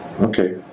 Okay